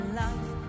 life